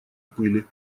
пыли